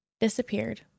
disappeared